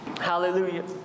Hallelujah